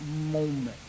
moment